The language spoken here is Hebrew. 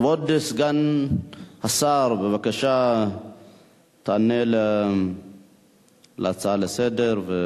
כבוד השר, בבקשה תענה על ההצעה לסדר-היום.